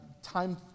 time